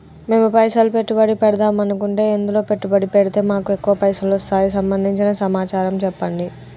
మేము పైసలు పెట్టుబడి పెడదాం అనుకుంటే ఎందులో పెట్టుబడి పెడితే మాకు ఎక్కువ పైసలు వస్తాయి సంబంధించిన సమాచారం చెప్పండి?